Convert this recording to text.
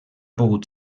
pogut